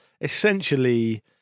essentially